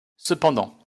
cependant